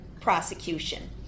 prosecution